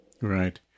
Right